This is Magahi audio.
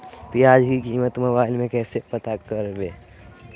प्याज की कीमत मोबाइल में कैसे पता करबै?